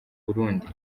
burundi